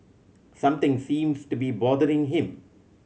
something seems to be bothering him